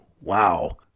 wow